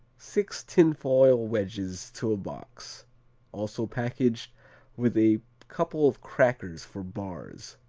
six tin-foil wedges to a box also packaged with a couple of crackers for bars,